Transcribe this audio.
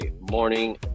morning